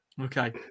Okay